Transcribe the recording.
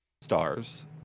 stars